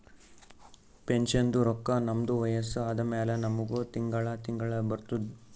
ಪೆನ್ಷನ್ದು ರೊಕ್ಕಾ ನಮ್ದು ವಯಸ್ಸ ಆದಮ್ಯಾಲ ನಮುಗ ತಿಂಗಳಾ ತಿಂಗಳಾ ಬರ್ತುದ್